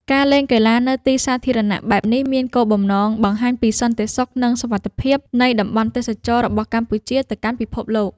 ការលេងកីឡានៅទីសាធារណៈបែបនេះមានគោលបំណង បង្ហាញពីសន្តិសុខនិងសុវត្ថិភាព នៃតំបន់ទេសចរណ៍របស់កម្ពុជាទៅកាន់ពិភពលោក។